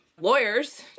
lawyers